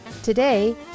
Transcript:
Today